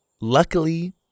Luckily